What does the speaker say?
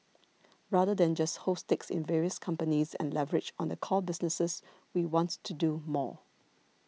rather than just hold stakes in various companies and leverage on the core businesses we wants to do more